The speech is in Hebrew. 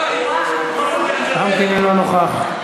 יחיא, גם כן אינו נוכח.